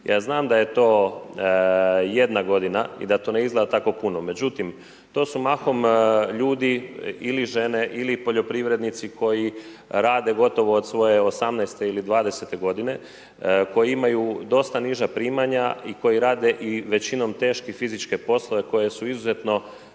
Ja znam da je to jedna godina i da to ne izgleda tako puno, međutim to su mahom ljudi ili žene ili poljoprivrednici koji rade gotovo od svoje 18. ili 20. godine, koji imaju dosta niža primanja i koji rade većinom teške fizičke poslove koje su izuzetno